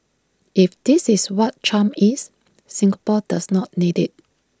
if this is what charm is Singapore does not need IT